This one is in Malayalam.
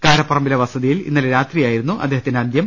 കാരപ്പറമ്പിലെ വസതിയിൽ ഇന്നലെ രാത്രിയായിരുന്നു അദ്ദേ ഹത്തിന്റെ അന്ത്യം